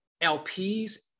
LPs